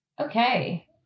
Okay